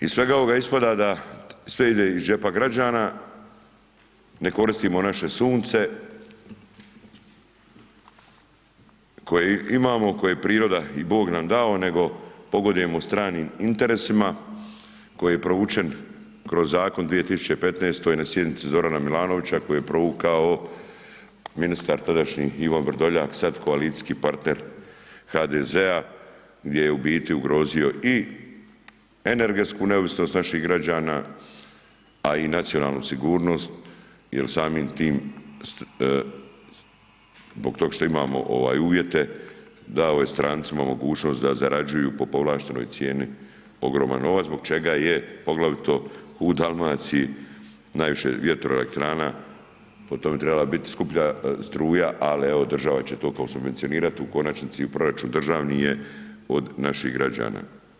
Iz svega ovoga ispada da ispada da sve ide iz džepa građana, ne koristimo naše sunce koje imamo, koje priroda i bog nam dao nego pogodujemo stranim interesima koji je provučen kroz zakona 2015. na sjednici Zorana Milanovića koji je provukao ministar tadašnji Ivan Vrdoljak, sad koalicijski partner HDZ-a gdje je u biti ugrozio i energetsku neovisnost naših građana a i nacionalnu sigurnost jer samim tim zbog tog što imamo uvjete dao je strancima mogućnost da zarađuju po povlaštenoj cijeni ogroman novac zbog čega je poglavito u Dalmaciji najviše vjetroelektrana, po tom bi trebala bit skuplja struja ali evo država će to subvencionirati, u konačnici u proračun državni je od naših građana.